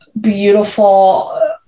beautiful